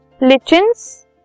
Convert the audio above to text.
lichens